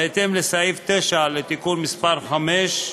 בהתאם לסעיף 9 לתיקון מס' 5,